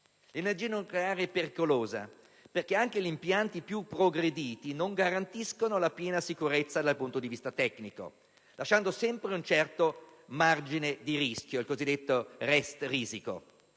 L'energia nucleare è pericolosa perché anche gli impianti più progrediti non garantiscono la piena sicurezza dal punto di vista tecnico, lasciando sempre un certo margine di rischio (il cosiddetto *Restrisiko*);